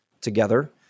together